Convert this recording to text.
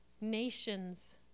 Nations